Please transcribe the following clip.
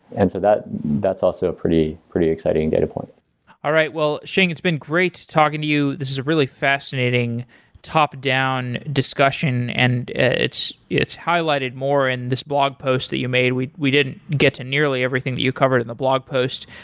and so that's also a pretty pretty exciting data point all right, well xing, it's been great talking to you. this is a really fascinating top down discussion and it's it's highlighted more in this blog post that you made. we we didn't get to nearly everything that you covered in the blog post,